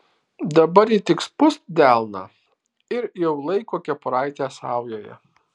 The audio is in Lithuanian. dabar ji tik spust delną ir jau laiko kepuraitę saujoje